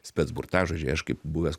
spec burtažodžiai aš kaip buvęs